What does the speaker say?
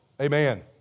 Amen